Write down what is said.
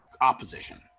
opposition